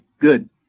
Good